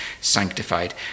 sanctified